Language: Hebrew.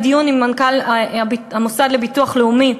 היה לי דיון עם מנכ"ל המוסד לביטוח לאומי.